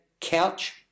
couch